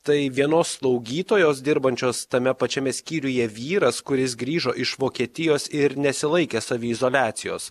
tai vienos slaugytojos dirbančios tame pačiame skyriuje vyras kuris grįžo iš vokietijos ir nesilaikė saviizoliacijos